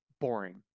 boring